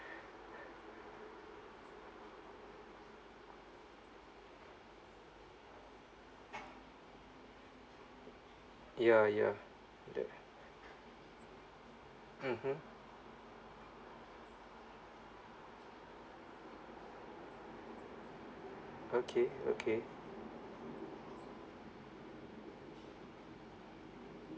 ya ya that mmhmm okay okay